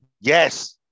Yes